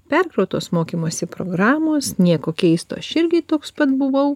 perkrautos mokymosi programos nieko keisto aš irgi toks pat buvau